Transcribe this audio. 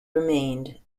remained